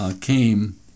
came